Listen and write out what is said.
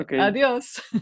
Adios